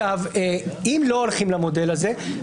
אם לא הולכים למודל הזה,